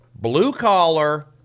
blue-collar